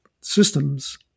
systems